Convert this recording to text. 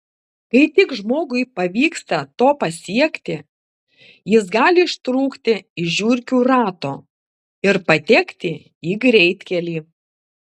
kai tik žmogui pavyksta to pasiekti jis gali ištrūkti iš žiurkių rato ir patekti į greitkelį